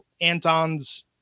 Anton's